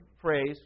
phrase